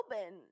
open